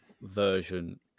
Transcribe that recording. version